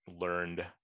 learned